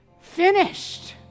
finished